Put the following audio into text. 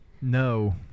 No